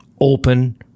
open